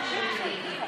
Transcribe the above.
בבקשה.